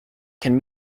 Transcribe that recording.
can